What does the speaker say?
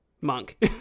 monk